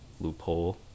loophole